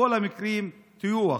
כל המקרים, טיוח.